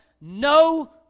no